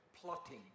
plotting